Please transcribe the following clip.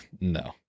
no